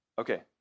Okay